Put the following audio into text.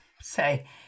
say